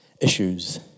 issues